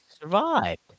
survived